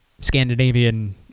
Scandinavian